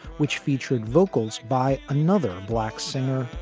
which featured vocals by another black singer,